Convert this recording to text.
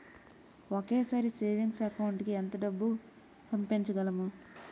ఒకేసారి savings account కి ఎంత డబ్బు పంపించగలము?